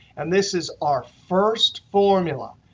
and this is our first formula.